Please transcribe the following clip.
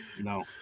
No